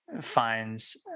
finds